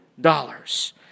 dollars